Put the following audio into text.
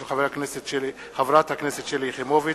של חברת הכנסת שלי יחימוביץ.